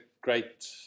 great